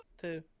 Two